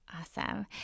Awesome